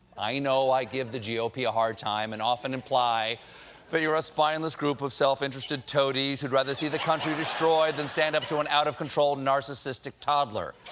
i know i give the g o p. a hard time and often imply that you're a spineless group of self-interested toadies who'd rather see the country destroyed than stand up to an out of-control narcissistic toddler.